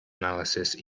analysis